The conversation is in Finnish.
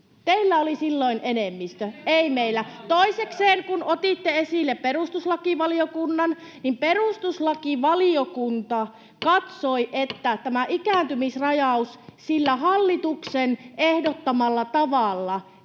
meillä. [Hanna Sarkkisen välihuuto] Toisekseen, kun otitte esille perustuslakivaliokunnan, niin perustuslakivaliokunta katsoi, että tämä ikääntymisrajaus sillä hallituksen ehdottamalla tavalla ei